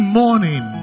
morning